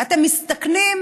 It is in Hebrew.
אתן מסתכנות